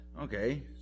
Okay